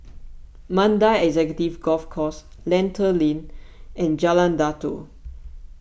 Mandai Executive Golf Course Lentor Lane and Jalan Datoh